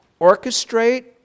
orchestrate